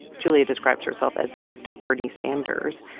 julia describes herself as left of bernie sanders.